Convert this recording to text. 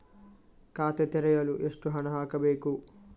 ಖಾತೆ ತೆರೆಯಲು ಎಷ್ಟು ಹಣ ಹಾಕಬೇಕು?